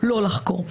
לא לחקור.